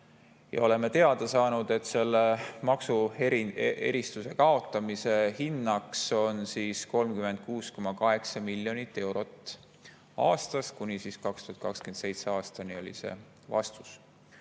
ja oleme teada saanud, et selle maksuerisuse kaotamise hinnaks on 36,8 miljonit eurot aastas, kuni 2027. aastani oli vastus.